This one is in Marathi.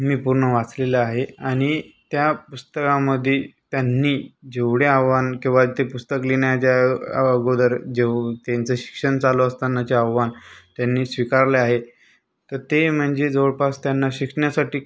मी पूर्ण वाचलेलं आहे आणि त्या पुस्तकामध्ये त्यांनी जेवढे आव्हान किंवा ते पुस्तक लिहिण्याच्या अगोदर जे त्यांचं शिक्षण चालू असतानाचे आव्हान त्यांनी स्वीकारले आहे तर ते म्हणजे जवळपास त्यांना शिकण्यासाठी